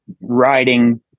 riding